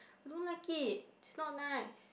I don't like it it's not nice